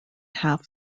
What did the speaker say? half